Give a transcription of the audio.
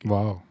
Wow